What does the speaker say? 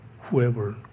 whoever